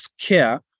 care